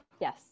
Yes